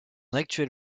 actuel